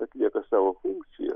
atlieka savo funkciją